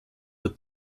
der